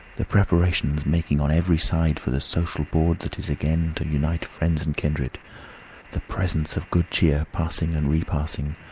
the preparations making on every side for the social board that is again to unite friends and kindred the presents of good cheer passing and repassing,